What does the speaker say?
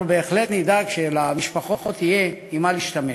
אנחנו בהחלט נדאג שלמשפחות יהיה במה להשתמש.